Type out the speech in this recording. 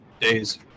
days